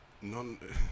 none